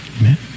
Amen